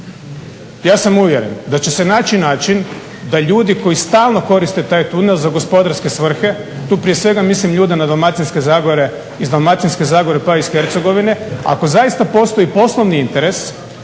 ja sam uvjeren da će se naći način da ljudi koji stalno koriste taj tunel za gospodarske svrhe, tu prije svega mislim na ljude Dalmatinske zagore, iz Dalmatinske zagore pa iz Hercegovine ako zaista postoji poslovni interes